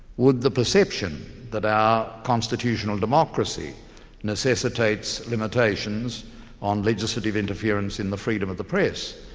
would the perception that our constitutional democracy necessitates limitations on legislative interference in the freedom of the press,